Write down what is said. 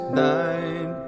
night